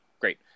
great